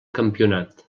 campionat